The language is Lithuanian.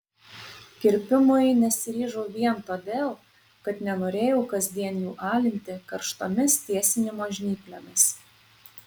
kirpimui nesiryžau vien todėl kad nenorėjau kasdien jų alinti karštomis tiesinimo žnyplėmis